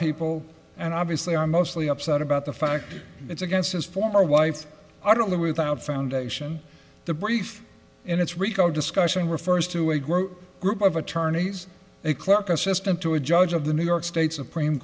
people and obviously are mostly upset about the fact it's against his former wife i don't know without foundation the brief and it's rico discussion refers to a group group of attorneys a clerk assistant to a judge of the new york state supreme